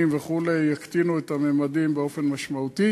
וכו' יקטינו את הממדים באופן משמעותי,